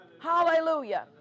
Hallelujah